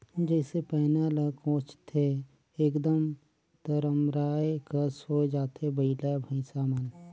जइसे पैना ल कोचथे एकदम तरमराए कस होए जाथे बइला भइसा मन